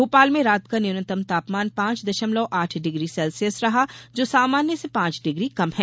भोपाल में रात का न्यूनतम तापमान पांच दशमलव आठ डिग्री सेल्सियस रहा जो सामान्य से पांच डिग्री कम है